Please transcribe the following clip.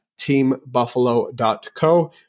teambuffalo.co